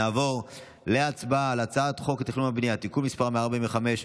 נעבור להצבעה על הצעת חוק התכנון והבנייה (תיקון מס' 145),